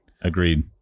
Agreed